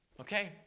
okay